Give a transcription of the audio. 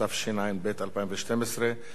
התשע"ב 2012,